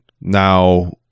Now